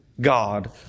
God